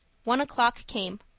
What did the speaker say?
one o'clock came.